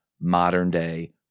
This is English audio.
modern-day